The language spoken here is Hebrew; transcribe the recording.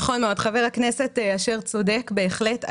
נכון מאוד, חבר הכנסת אשר צודק בהחלט.